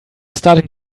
starting